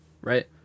right